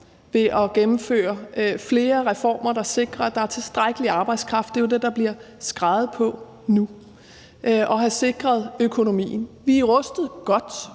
ved at gennemføre flere reformer, der sikrer, at der er tilstrækkelig arbejdskraft – det er jo det, der bliver skreget på nu – og sikrer økonomien. Vi er rustet godt,